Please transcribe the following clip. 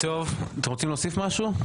אתם רוצים להוסיף משהו?